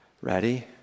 Ready